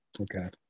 Okay